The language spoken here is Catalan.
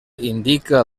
indica